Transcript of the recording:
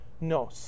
No